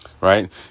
right